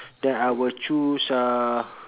then I would choose uh